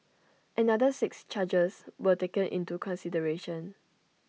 another six charges were taken into consideration